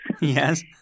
Yes